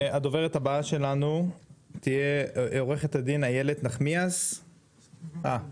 הדוברת הבאה שלנו היא עו"ד איילת נחמיאס ורבין,